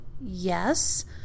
yes